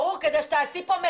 ברור, כדי שתעשי כאן מחטף.